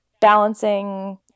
balancing